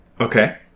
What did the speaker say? Okay